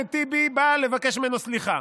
לאחמד טיבי, בא לבקש ממנו סליחה.